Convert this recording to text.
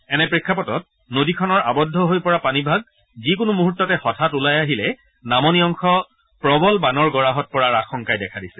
এনে প্ৰেক্ষাপটত নদীখনৰ আৱদ্ধ হৈ পৰা পানীভাগ যিকোনো মুহূৰ্ততে হঠাৎ ওলাই আহিলে নামনি অংশ প্ৰৱল বানৰ গৰাহত পৰাৰ আশংকাই দেখা দিছে